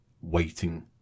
waiting